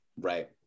right